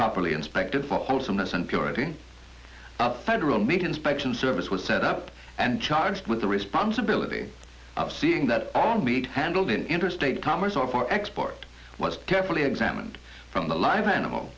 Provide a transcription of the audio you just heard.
properly inspected for wholesomeness and purity of federal meat inspection service was set up and charged with the responsibility of seeing that on be handled in interstate commerce or for export was carefully examined from the live animal